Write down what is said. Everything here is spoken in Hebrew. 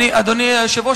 אדוני היושב-ראש,